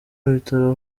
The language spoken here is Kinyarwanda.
bitaro